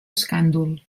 escàndol